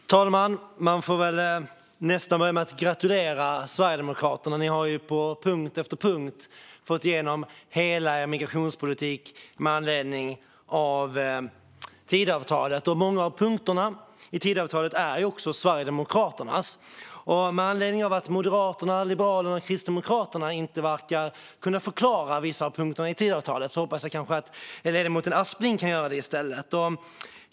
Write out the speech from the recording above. Herr talman! Man får väl börja med att gratulera Sverigedemokraterna. Ni har ju på punkt efter punkt fått igenom hela er migrationspolitik genom Tidöavtalet, Ludvig Aspling. Många av punkterna i Tidöavtalet är också Sverigedemokraternas. Med tanke på att Moderaterna, Liberalerna och Kristdemokraterna inte verkar kunna förklara vissa av punkterna i Tidöavtalet hoppas jag att ledamoten Aspling kan göra det i stället.